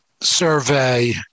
Survey